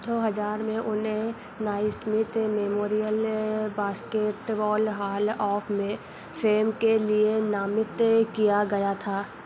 दो हज़ार में उन्हें Naismith Memorial Basketball Hall of Fame के लिए नामित किया गया था